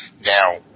Now